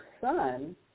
son